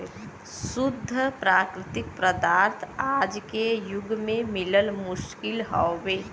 शुद्ध प्राकृतिक पदार्थ आज के जुग में मिलल मुश्किल हउवे